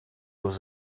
was